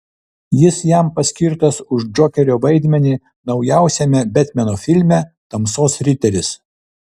jis jam paskirtas už džokerio vaidmenį naujausiame betmeno filme tamsos riteris